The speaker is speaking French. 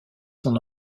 son